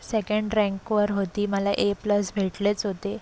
second रँकवर होते मला ए प्लस भेटलेच होते